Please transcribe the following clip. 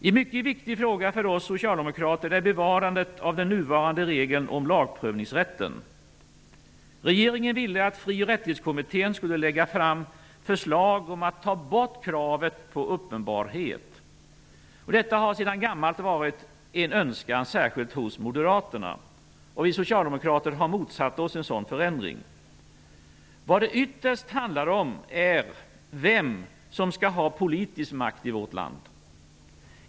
En mycket viktig fråga för oss socialdemokrater är bevarandet av den nuvarande regeln om lagprövningsrätten. Regeringen ville att Fri och rättighetskommittén skulle lägga fram förslag om att ta bort kravet på uppenbarhet. Detta har sedan gammalt varit en önskan särskilt hos moderaterna. Vi socialdemokrater har motsatt oss en sådan förändring. Vad det ytterst handlar om är vem som skall ha politisk makt i vårt land.